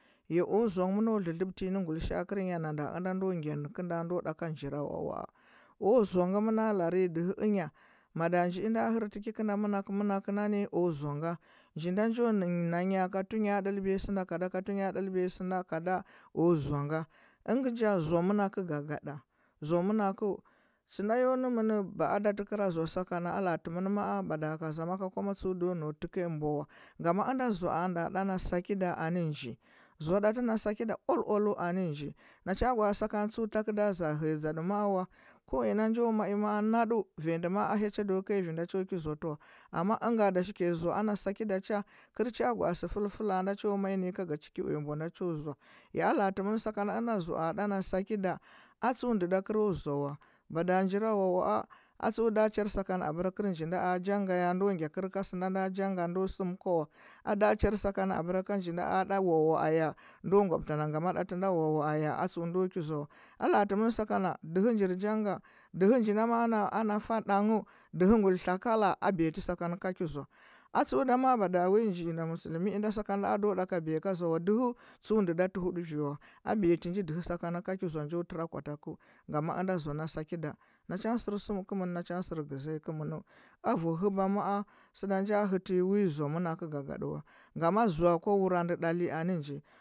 Ya o zoa ngɚ mɚno lɚlɚbtɚ nyi nɚ guilisha’a kɚl nya na ɗa unda ndo gya nɚ kɚnda ndo nda ka njira lwa waa o zoa ngɚ mɚna lare modu njiinda hɚrti kekɚnda manakɚu manakɚu ngani o zoa ga nji nda njo na nya a tunye dɚl biya sɚnda kada, ka tunya ɗɚlbiya sɚnda kada o zoa nga zoa nga zou manakɚu gagaɗa zoa manakɚu sena nɚmɚn baada tɚkɚrɚ zoa saka na a la’a tɚilɚnɚn mai mada ka zama ku kwama a tsuɚ ndo nau tɚkɚya mbwa wa ngama ɚnda zoa nda ɗa na sakɚda anɚ nji zoa ɗa tɚ na sakɚda oal oalu anɚ nji na cha gwa atɚ sakana tsuɚ tageru da zhɚ hɚya dȝadu maa wa ko ina njo mai naɗu vanyi maa a hyachi ndo kai vi na cho ki zoa tɚ wa amma ɚnga da shi ke zoa ɗa ti ana saki da cha kɚl cha gwaa sɚ fɚl fɚla cho mai ka ga cho ki uya mbwa cho zoa ya a loa tɚmɚn sakana ɚna zoa a ɗa na sakida atsue nde da kɚra o zoa wa bada jirawawaa a tsue da char sakana abera kɚr nji na a njanga ya ndo gya kɚl ka sɚna nda njanga nda sɚm ko wa abera ka njina a ɗa wawaa ya ndo gwobta nda bera ngam nda te nda wawaa atsue ndo ki zoa wa a laa tɚmɚn sakana dɚhɚ nji na njanga dɚlɚ njina ana fa ɗanghɚ dɚhɚ gwel kakala haati ti sakan ka ki zoa atsue ma’a madawu nji inda mu inda sakanda ando ɗaka biya ka zoa wa dɚhɚ a biya ti nji sakana ka ki zoa njo tera kwa takeu ngama inda zoa na sakida na cha ngɚ sɚrsum kɚmɚn na cha ngɚ sɚr gɚȝɚ ya kɚmɚnu avu huba ma a sɚ da nja hɚtɚ nyi wi zoa manakɚu gagaɗu wa ngama zoa kwa wurandɚ ɗali anɚ nji